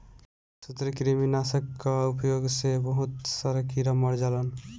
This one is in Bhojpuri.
सूत्रकृमि नाशक कअ उपयोग से बहुत सारा कीड़ा मर जालन